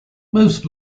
most